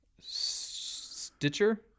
stitcher